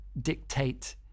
dictate